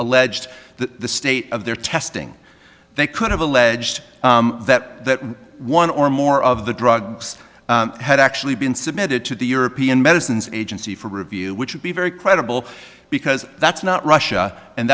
alleged that the state of their testing they could have alleged that one or more of the drugs had actually been submitted to the european medicines agency for review which would be very credible because that's not russia and